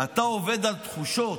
אתה עובד על תחושות,